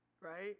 right